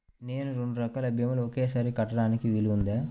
నేను రెండు రకాల భీమాలు ఒకేసారి కట్టడానికి వీలుందా?